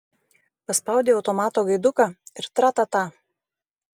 paspaudei automato gaiduką ir tra ta ta